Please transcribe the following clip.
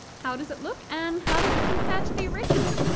how does it look and how does it compare to the original?